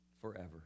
forever